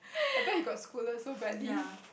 I bet you got scolded so badly